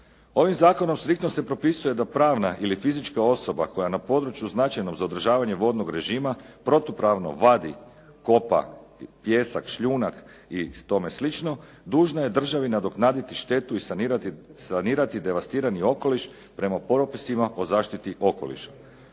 Ovim zakonom striktno se propisuje da pravna ili fizička osoba koja na području značajnom za održavanje vodnog režima protupravno vadi, kopa pijesak, šljunak i tome slično dužna je državi nadoknaditi štetu i sanirati devastirani okoliš prema propisima o zaštiti okoliša.